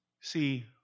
See